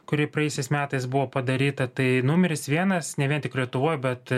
kuri praėjusiais metais buvo padaryta tai numeris vienas ne vien tik lietuvoj bet